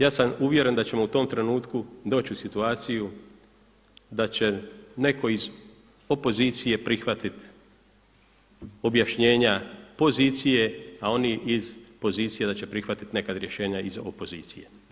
Ja sam uvjeren da ćemo u tom trenutku doći u situaciju da će netko iz opozicije prihvatiti objašnjenja pozicije, a oni iz pozicije da će prihvatiti nekad rješenja i iz opozicije.